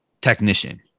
technician